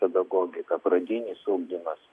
pedagogika pradinis ugdymas